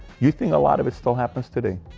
you think a lot of it still happens today?